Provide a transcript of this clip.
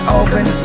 open